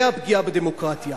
והפגיעה בדמוקרטיה,